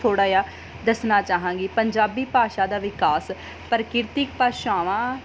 ਥੋੜ੍ਹਾ ਜਿਹਾ ਦੱਸਣਾ ਚਾਹਾਂਗੀ ਪੰਜਾਬੀ ਭਾਸ਼ਾ ਦਾ ਵਿਕਾਸ ਪ੍ਰਕਿਰਤਿਕ ਭਾਸ਼ਾਵਾਂ